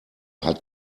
hat